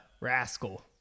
Rascal